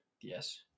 Yes